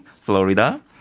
Florida